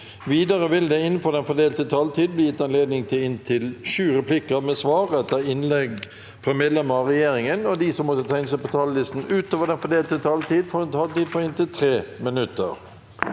Videre vil det – innenfor den fordelte taletid – bli gitt anledning til inntil fem replikker med svar etter innlegg fra medlemmer av regjeringen, og de som måtte tegne seg på talerlisten utover den fordelte taletid, får også en taletid på inntil 3 minutter.